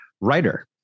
writer